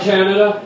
Canada